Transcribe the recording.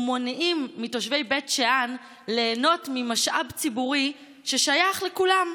ומונעים מתושבי בית שאן ליהנות ממשאב ציבורי ששייך לכולם,